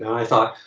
i thought,